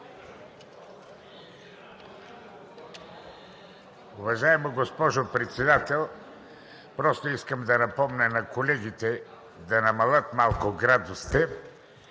Уважаема госпожо Председател, искам да напомня на колегите да намалят малко градусите.